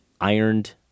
ironed